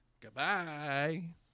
Goodbye